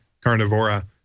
carnivora